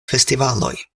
festivaloj